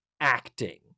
acting